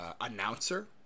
announcer